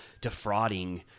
defrauding